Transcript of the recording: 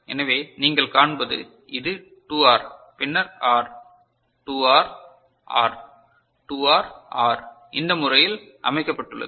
எனவே நீங்கள் காண்பது இது 2 ஆர் பின்னர் R 2 R R 2 R R இந்த முறையில் அமைக்கப்பட்டுள்ளது